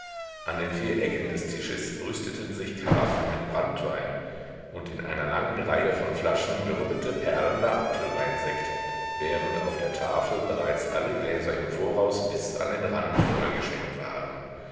an den vier ecken des tisches brüsteten sich karaffen mit branntwein und in einer langen reihe von flaschen wirbelte perlender apfelweinsekt während auf der tafel bereits alle gläser im voraus bis an den rand vollgeschenkt waren